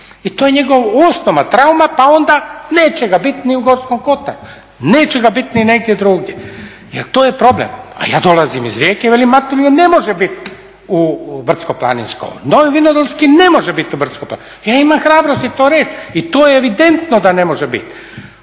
i to je njegova osnovna trauma pa onda neće ga biti ni u Gorskom Kotaru. Neće ga biti ni negdje drugdje. Jer to je problem. Pa ja dolazim iz Rijeke i velim …, ne može biti u brdsko planinskom, Novi Vinodolski ne možete biti u brdsko planinskog. Ja imam hrabrosti to reći i to je evidentno da ne može biti,